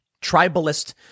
tribalist